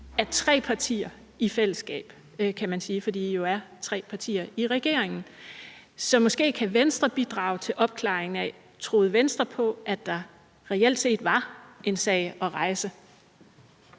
af tre partier i fællesskab, fordi I jo er tre partier i regeringen. Så måske kan Venstre bidrage til opklaringen af, om Venstre troede på, at der reelt set var en sag at rejse.